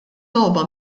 logħba